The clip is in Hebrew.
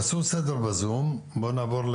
הישראלית לטראומה.